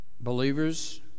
believers